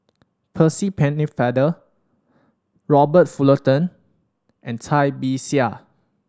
Percy Pennefather Robert Fullerton and Cai Bixia